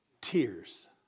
tears